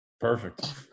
perfect